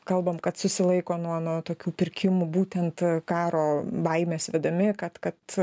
kalbam kad susilaiko nuo nuo tokių pirkimų būtent karo baimės vedami kad kad